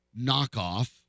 knockoff